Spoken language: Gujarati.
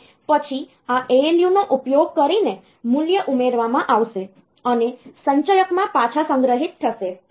અને પછી આ ALU નો ઉપયોગ કરીને મૂલ્ય ઉમેરવામાં આવશે અને સંચયકમાં પાછા સંગ્રહિત થશે